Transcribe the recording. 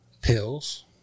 pills